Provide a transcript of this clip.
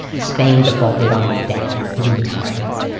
spain defaulted on its debt like three times,